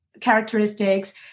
Characteristics